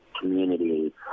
community